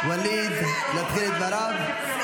את תומכת טרור.